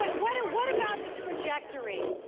but what what about the ajectory?